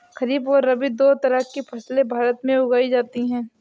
खरीप और रबी दो तरह की फैसले भारत में उगाई जाती है